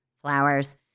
flowers